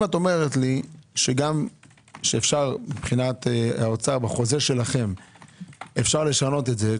אם את אומרת שאפשר מבחינת האוצר בחוזה שלכם לשנות את זה,